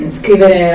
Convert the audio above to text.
scrivere